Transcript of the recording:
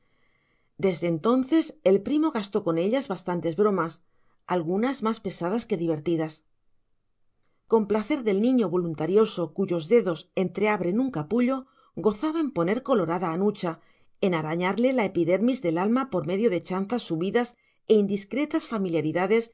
desde entonces el primo gastó con ella bastantes bromas algunas más pesadas que divertidas con placer del niño voluntarioso cuyos dedos entreabren un capullo gozaba en poner colorada a nucha en arañarle la epidermis del alma por medio de chanzas subidas e indiscretas familiaridades